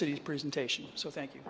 city's presentation so thank you